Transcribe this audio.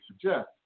suggest